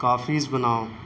coffees بناؤ